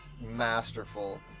masterful